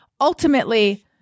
Ultimately